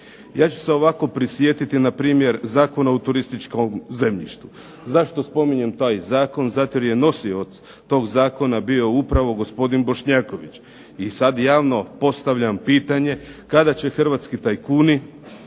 Ja ću se ovako prisjetiti npr. Zakona o turističkom zemljištu. Zašto spominjem taj zakon? Zato jer je nosioc tog zakona bio upravo gospodin Bošnjaković i sad javno postavljam pitanje kada će hrvatski tajkuni,